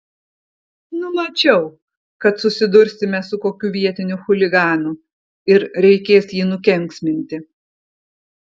numačiau kad susidursime su kokiu vietiniu chuliganu ir reikės jį nukenksminti